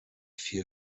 viel